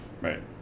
Right